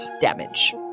damage